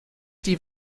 die